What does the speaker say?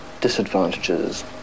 disadvantages